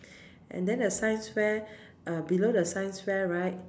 and then the science fair uh below the science fair right